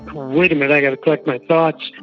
wait a minute, i've got to collect my thoughts.